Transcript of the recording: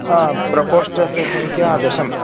हा प्रकोष्ठस्य सङ्ख्या दशम्